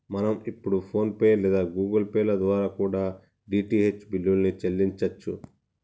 మనం ఇప్పుడు ఫోన్ పే లేదా గుగుల్ పే ల ద్వారా కూడా డీ.టీ.హెచ్ బిల్లుల్ని చెల్లించచ్చు